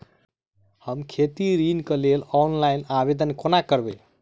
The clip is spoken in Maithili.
हम खेती ऋण केँ लेल ऑनलाइन आवेदन कोना करबै?